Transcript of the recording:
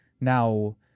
Now